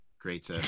Great